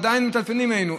עדיין מטלפנים אלינו.